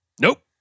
Nope